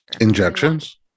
Injections